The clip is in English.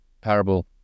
parable